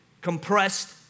compressed